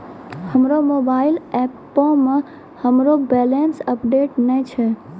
हमरो मोबाइल एपो मे हमरो बैलेंस अपडेट नै छै